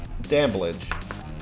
Damblage